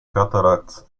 cataracts